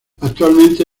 actualmente